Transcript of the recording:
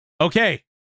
Okay